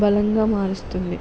బలంగా మారుస్తుంది